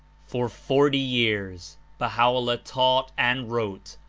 for forty years baha o'llah taught and wrote,